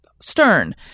stern